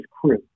crew